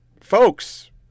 folks